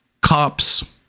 cops